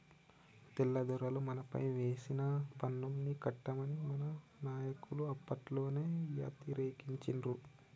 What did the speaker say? తెల్లదొరలు మనపైన వేసిన పన్నుల్ని కట్టమని మన నాయకులు అప్పట్లోనే యతిరేకించిండ్రు